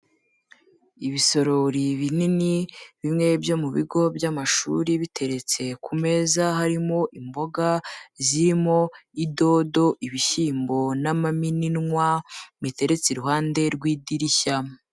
Ibisorori binini bimwe byo mu bigo by'amashuri biteretse ku meza, harimo imboga zirimo idodo, ibishyimbo n'amamininwa biteretse iruhande rw'idirishya.